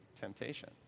temptation